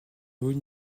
haut